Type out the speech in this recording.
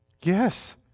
Yes